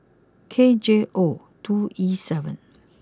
K J O two E seven